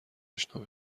اشنا